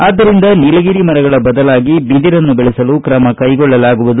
ಆದ್ದರಿಂದ ನೀಲಗಿರಿ ಮರಗಳ ಬದಲಾಗಿ ಬಿದಿರನ್ನು ಬೆಳೆಸಲು ಕ್ರಮ ಕೈಗೊಳ್ಳಲಾಗುವುದು